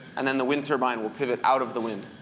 and then the wind turbine will pivot out of the wind.